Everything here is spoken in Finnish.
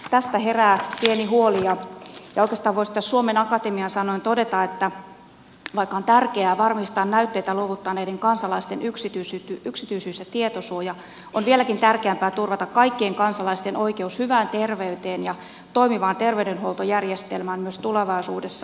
tästä herää pieni huoli ja oikeastaan voisi suomen akatemian sanoin todeta että vaikka on tärkeää varmistaa näytteitä luovuttaneiden kansalaisten yksityisyys ja tietosuoja on vieläkin tärkeämpää turvata kaikkien kansalaisten oikeus hyvään terveyteen ja toimivaan terveydenhuoltojärjestelmään myös tulevaisuudessa